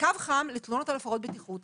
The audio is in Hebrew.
קו חם לתלונות על הפרות בטיחות.